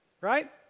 right